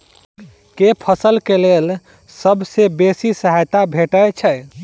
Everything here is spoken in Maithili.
केँ फसल केँ लेल सबसँ बेसी सहायता भेटय छै?